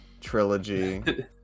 trilogy